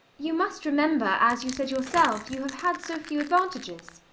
you must remember, as you said yourself, you have had so few advantages.